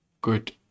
good